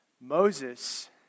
Moses